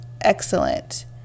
excellent